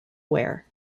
wear